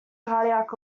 cardiac